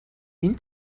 این